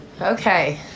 Okay